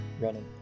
running